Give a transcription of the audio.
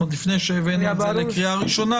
עוד לפני שהבאנו את זה לקריאה ראשונה,